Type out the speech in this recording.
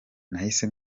nahise